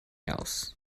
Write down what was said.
else